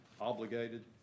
obligated